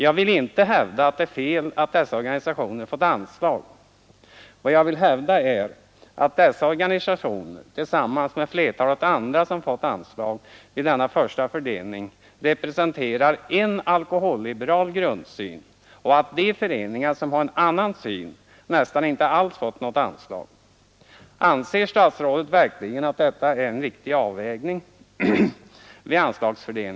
Jag vill inte hävda att det är fel att dessa organisationer har fått ansl na tillsammans med flertalet andra som fått anslag vid denna första fördelning representerar en alkoholliberal grundsyn och att de föreningar som har en annan syn nästan inte har fått något anslag alls. Anser statsrådet verkligen att detta är en riktig avvägning vid anslag ningen?